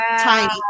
tiny